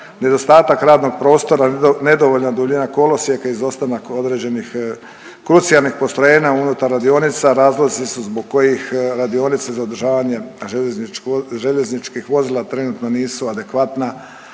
Nedostatak radnog prostora, nedovoljna duljina kolosijeka i izostanak određenih krucijalnih postrojenja unutar radionica razlozi su zbog kojih radionice za održavanje željezničkih vozila trenutno nisu adekvatna